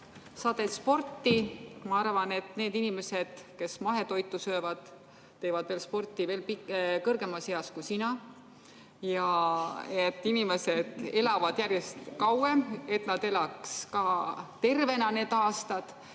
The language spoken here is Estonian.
sa teed sporti. Ma arvan, et need inimesed, kes mahetoitu söövad, teevad sporti veel kõrgemas eas, kui sina oled. Inimesed elavad ju järjest kauem ja et nad saaksid elada need aastad